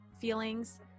feelings